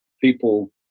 people